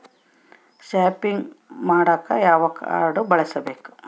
Shopping ಮಾಡಾಕ ಯಾವ card ಬಳಸಬೇಕು?